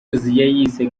yayise